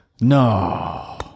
No